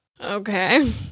Okay